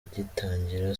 gitangira